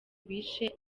bishe